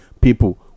people